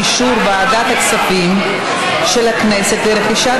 אישור ועדת הכספים של הכנסת לרכישת